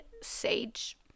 Sage